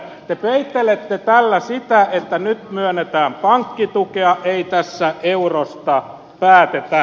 te peittelette tällä sitä että nyt myönnetään pankkitukea ei tässä eurosta päätetä